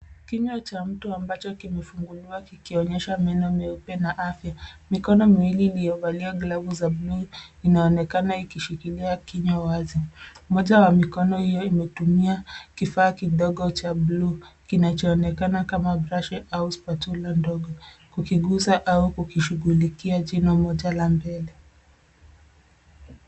Kinywa cha mtu ambacho kimefunguliwa kikionyesha meno meupe na afya. Mikono miwili iliyovalia glovu za blue inaonekana ikishikilia kinywa wazi. Mmoja wa mikono hio imetumia kifaa kidogo cha blue , kinachoonekana kama brashi au spatula ndogo, kukiguza au kukishughulikia jino moja la mbele.